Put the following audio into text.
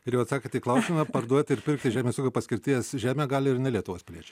ir jau atsakant į klausimą parduoti ir pirkti žemės ūkio paskirties žemę gali ir ne lietuvos piliečiai